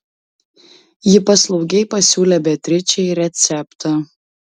ji paslaugiai pasiūlė beatričei receptą